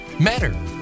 matter